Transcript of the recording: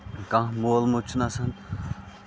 کانہہ مول موج چھُنہٕ آسان